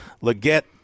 Leggett